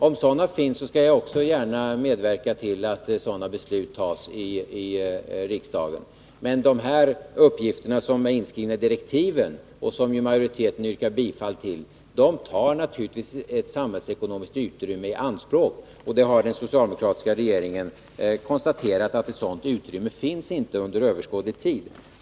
Om sådana finns, skall jag också gärna medverka till att beslut fattas i riksdagen. Men de uppgifter som är inskrivna i direktiven och som majoriteten yrkar bifall till tar naturligtvis ett samhällsekonomiskt utrymme i anspråk. Den socialdemokratiska regeringen har konstaterat att ett sådant utrymme inte finns under överskådlig tid.